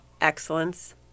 excellence